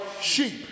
sheep